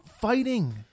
fighting